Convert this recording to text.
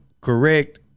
correct